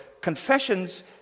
confessions